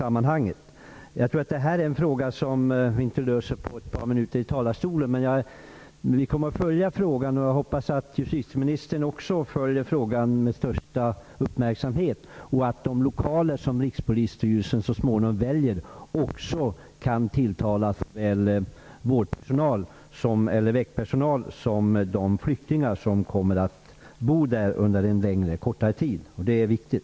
Detta är ett problem som vi inte löser på ett par minuter i talarstolen, men jag kommer att följa frågan. Jag hoppas att justitieministern också kommer att följa den med största uppmärksamhet och att de lokaler som Rikspolisstyrelsen så småningom väljer tilltalar såväl väktarpersonalen som de flyktingar som kommer att bo där under en längre eller kortare tid. Det är viktigt.